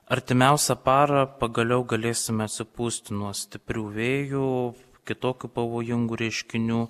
artimiausią parą pagaliau galėsime atsipūsti nuo stiprių vėjų kitokių pavojingų reiškinių